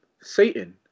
Satan